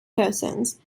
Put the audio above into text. persons